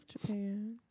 Japan